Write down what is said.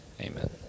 Amen